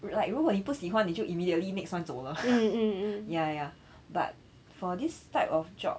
like 不过你不喜欢你就 immediately next month 走了 ya ya but for this type of job